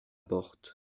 porte